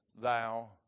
thou